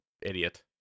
idiot